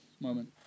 moment